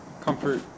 Comfort